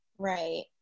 Right